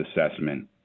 assessment